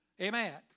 amen